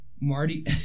Marty